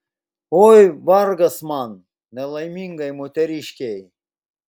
oi vargas man nelaimingai moteriškei